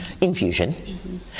infusion